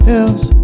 else